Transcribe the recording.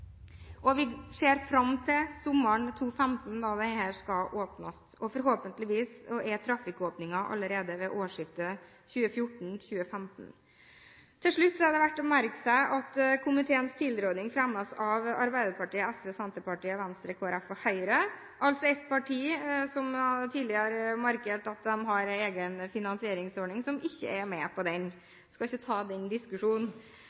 Vi ser fram til sommeren 2015 da disse skal åpnes. Forhåpentligvis blir det trafikkåpning allerede ved årsskiftet 2014/2015. Til slutt er det verdt å merke seg at komiteens tilråding fremmes av Arbeiderpartiet, SV, Senterpartiet, Venstre, Kristelig Folkeparti og Høyre – altså er det et parti som tidligere har markert at de har en egen finansieringsordning, som ikke er med. Vi skal ikke ta den diskusjonen.